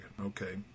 Okay